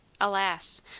Alas